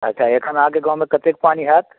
अच्छा एखन अहाँकेँ गावँमे कतेक पानि होएत